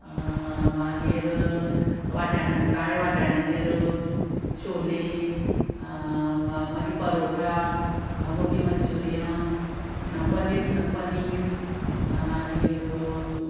मागीर वाटणे काळें वाटाम्याचे रोस शोले मागी मागीर परोठा गोबी मंचुरियन पनीर स पनीर मागीर